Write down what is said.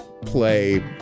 play